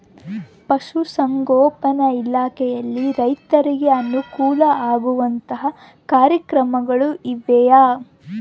ಪಶುಸಂಗೋಪನಾ ಇಲಾಖೆಯಲ್ಲಿ ರೈತರಿಗೆ ಅನುಕೂಲ ಆಗುವಂತಹ ಕಾರ್ಯಕ್ರಮಗಳು ಇವೆಯಾ?